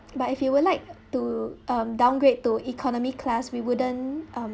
but if you would like to um downgrade to economy class we wouldn't um